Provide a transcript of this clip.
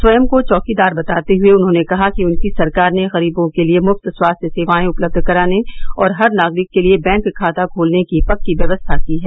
स्वयं को चौकीदार बताते हुए उन्होंने कहा कि उनकी सरकार ने गरीबों के लिए मुफ्त स्वास्थ्य सेवाएं उपलब्ध कराने और हर नागरिक के लिए बैंक खाता खोलने की पक्की व्यवस्था की है